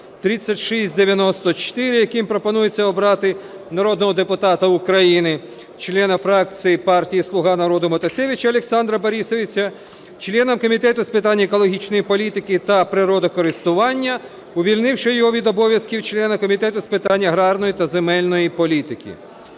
3694), яким пропонується обрати народного депутата України – члена фракції партії "Слуга народу" Матусевича Олександра Борисовича членом Комітету з питань екологічної політики та природокористування, увільнивши його від обов'язків члена Комітету з питань аграрної та земельної політики.